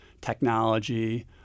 technology